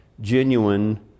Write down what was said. genuine